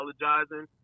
apologizing